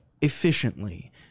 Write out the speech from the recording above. efficiently